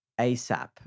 ASAP